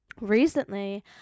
recently